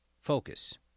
focus